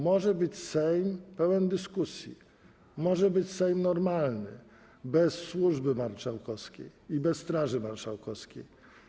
Może być Sejm pełen dyskusji, może być Sejm normalny, bez służby marszałkowskiej, bez Straży Marszałkowskiej.